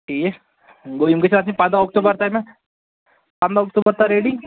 ٹھیٖک گوٚو یِم گژھَن آسٕنۍ پنٛداہ اکتوٗبر تامتھ پنٛداہ اکتوٗبر تام ریٚڈی